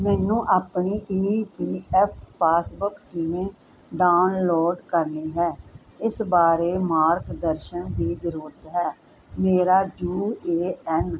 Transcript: ਮੈਨੂੰ ਆਪਣੀ E P F passbook ਕਿਵੇਂ ਡਾਊਨਲੋਡ ਕਰਨੀ ਹੈ ਇਸ ਬਾਰੇ ਮਾਰਗ ਦਰਸ਼ਨ ਦੀ ਜ਼ਰੂਰਤ ਹੈ ਮੇਰਾ ਯੂ ਏ ਐੱਨ